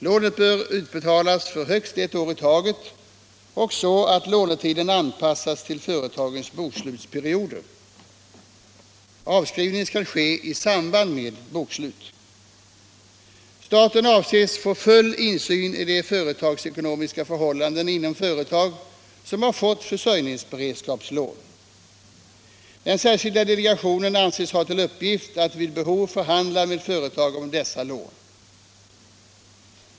Lånet bör utbetalas för högst ett år i taget och så att lånetiden anpassas till företagens bokslutsperioder. Avskrivning skall ske i samband med bokslut. Staten avses få full insyn i de företagsekonomiska förhållandena inom företag som har fått försörjningsberedskapslån. Den särskilda delegationen avses få till uppgift att vid behov förhandla med företag om dessa lån.